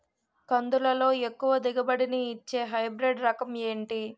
కందుల లో ఎక్కువ దిగుబడి ని ఇచ్చే హైబ్రిడ్ రకం ఏంటి?